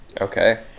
Okay